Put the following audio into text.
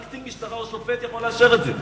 רק קצין משטרה או שופט יכול לאשר את זה.